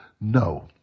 No